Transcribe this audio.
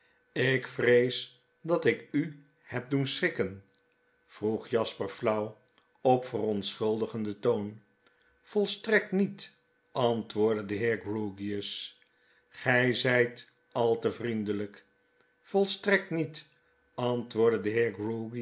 lk vrees dat ik u heb doen schrikken vroeg jasper flauw op verontschuldigenden toon volstrekt niet antwoordde de heer grewgious gij zyt al te vriendelyk volstrekt niet antwoordde de